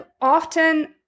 often